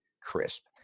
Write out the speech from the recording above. crisp